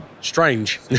Strange